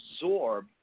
absorb